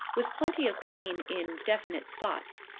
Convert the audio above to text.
with plenty of pain in definite spots.